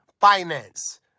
finance